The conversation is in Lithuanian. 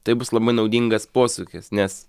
tai bus labai naudingas posūkis nes